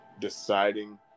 deciding